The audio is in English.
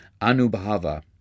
Anubhava